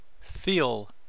feel